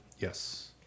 Yes